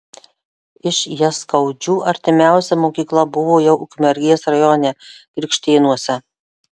iš jaskaudžių artimiausia mokykla buvo jau ukmergės rajone krikštėnuose